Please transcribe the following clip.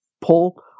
pull